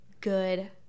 good